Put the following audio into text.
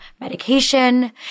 medication